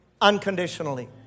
unconditionally